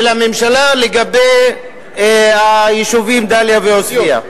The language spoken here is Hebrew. הממשלה לגבי היישובים דאליה ועוספיא.